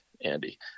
Andy